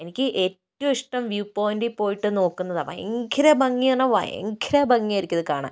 എനിക്ക് ഏറ്റവും ഇഷ്ടം വ്യൂ പോയിന്റിൽ പോയിട്ട് നോക്കുന്നതാണ് ഭയങ്കര ഭംഗി പറഞ്ഞാൽ ഭയങ്കര ഭംഗി ആയിരിക്കും അതു കാണാൻ